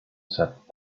sat